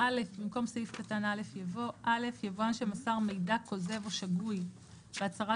(א)במקום סעיף קטן (א) יבוא: "(א)יבואן שמסר מידע כוזב או שגוי בהצהרה